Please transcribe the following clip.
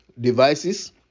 devices